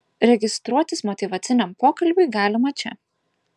registruotis motyvaciniam pokalbiui galima čia